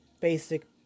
Basic